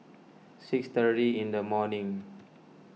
six thirty in the morning